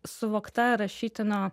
suvokta rašytinio